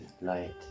light